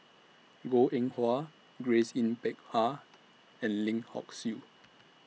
Goh Eng Wah Grace Yin Peck Ha and Lim Hock Siew